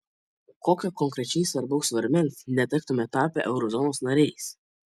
kokio konkrečiai svarbaus svarmens netektumėme tapę eurozonos nariais